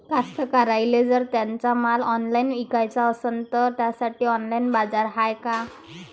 कास्तकाराइले जर त्यांचा माल ऑनलाइन इकाचा असन तर त्यासाठी ऑनलाइन बाजार हाय का?